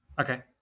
Okay